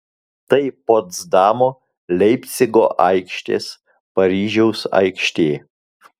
tai potsdamo leipcigo aikštės paryžiaus aikštė